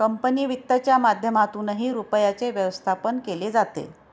company वित्तच्या माध्यमातूनही रुपयाचे व्यवस्थापन केले जाते